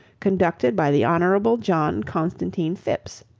conducted by the honourable john constantine phipps,